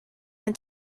den